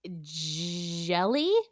jelly